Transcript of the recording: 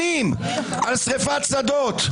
שנים על שריפת שדות,